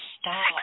stop